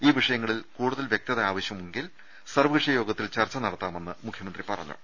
ഇൌ വിഷയങ്ങളിൽ കൂടുതൽ വൃക്തത ആവശ്യമെങ്കിൽ സർവ്വകക്ഷി യോഗത്തിൽ ചർച്ച നടത്താമെന്ന് മുഖ്യമന്ത്രി പറഞ്ഞു